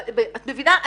את מבינה?